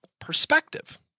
perspective